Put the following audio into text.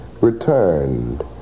returned